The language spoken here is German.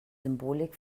symbolik